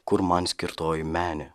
kur man skirtoji menė